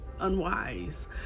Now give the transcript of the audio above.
unwise